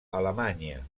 alemanya